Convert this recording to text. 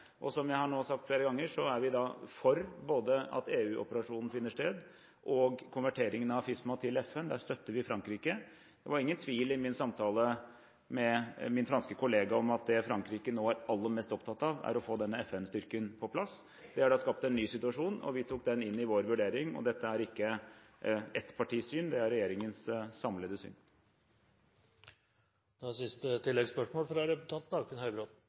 Som jeg nå har sagt flere ganger, er vi for at EU-operasjonen finner sted, og når det gjelder konverteringen av AFISMA til FN, støtter vi Frankrike. Det var ingen tvil i min samtale med min franske kollega om at det Frankrike nå er aller mest opptatt av, er å få denne FN-styrken på plass. Dette har skapt en ny situasjon, og vi tok den inn i vår vurdering. Dette er ikke ett partis syn, det er regjeringens samlede syn. Dagfinn Høybråten – til dagens siste